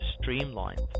streamlined